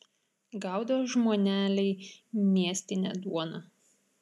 gaudo žmoneliai miestinę duoną